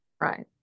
right